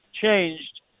changed